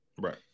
Right